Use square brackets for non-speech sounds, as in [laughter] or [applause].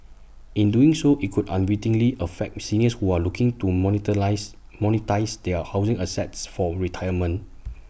in doing so IT could unwittingly affect seniors who are looking to [unintelligible] monetise their housing assets for retirement